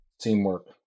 teamwork